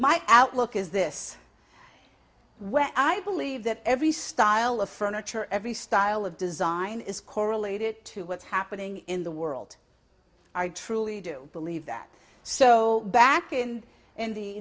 my outlook is this when i believe that every style of furniture every style of design is correlated to what's happening in the world i truly do believe that so back in in the